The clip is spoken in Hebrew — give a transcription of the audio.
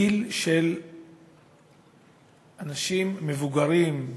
הגיל של אנשים מבוגרים,